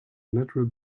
natural